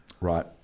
right